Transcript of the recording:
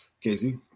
Casey